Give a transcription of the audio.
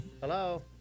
Hello